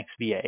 XVA